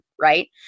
right